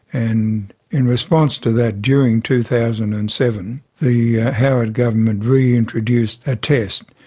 and in response to that, during two thousand and seven the howard government reintroduced a test.